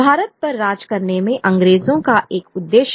भारत पर राज करने में अंग्रेजों का एक उद्देश्य है